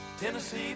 Tennessee